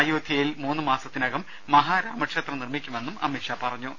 അയോധ്യയിൽ മൂന്നുമാസത്തിനകം മഹാരാമക്ഷേത്രം നിർമിക്കുമെന്നും അമിത് ഷാ അറിയിച്ചു